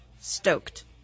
stoked